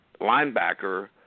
linebacker